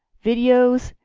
videos,